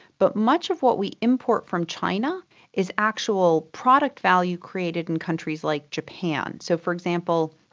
but much of what we import from china is actual product value created in countries like japan. so, for example,